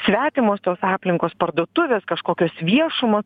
svetimos tos aplinkos parduotuvės kažkokios viešumos